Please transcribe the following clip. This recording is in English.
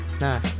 No